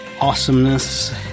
awesomeness